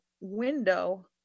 window